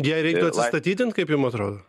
jai reiktų atsistatydint kaip jum atrodo